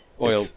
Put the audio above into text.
Oil